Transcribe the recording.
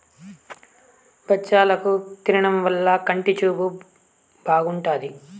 బచ్చలాకు తినడం వల్ల కంటి చూపు బాగుంటాది